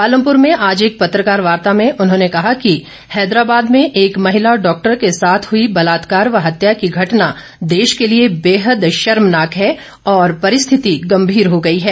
पालमपुर में आज एक पत्रकार वार्ता में उन्होंने कहा कि हैदराबाद में एक महिला डॉक्टर के साथ हुई बलात्कार व हत्या की घटना देश के लिए बेहद शर्मनाक है और परिस्थिति गंभीर हो गई है